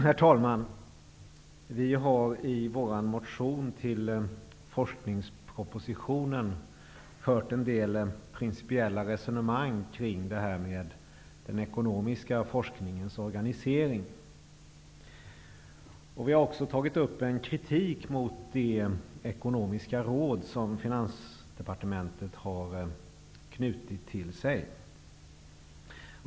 Herr talman! Vi har i vår motion till forskningspropositionen fört en del principiella resonemang kring den ekonomiska forskningens organisering. Vi har också framfört kritik mot det ekonomiska råd som Finansdepartementet har knutit till sig.